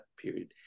period